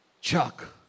Chuck